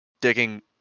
digging